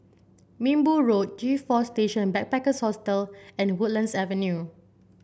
Minbu Road G Four Station Backpackers Hostel and Woodlands Avenue